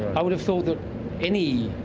i would have thought that any.